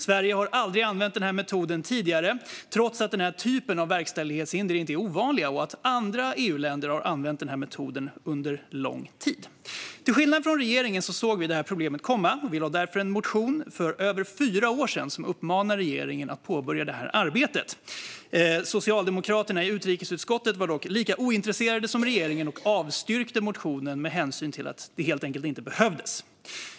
Sverige har aldrig använt denna metod tidigare, trots att denna typ av verkställighetshinder inte är ovanlig och att andra EU-länder har använt metoden under lång tid. Till skillnad från regeringen såg vi detta problem komma. Vi väckte därför en motion för över fyra år sedan som uppmanade regeringen att påbörja detta arbete. Socialdemokraterna i utrikesutskottet var dock lika ointresserade som regeringen och avstyrkte motionen med hänsyn till att det inte behövdes.